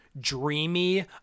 dreamy